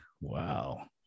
Wow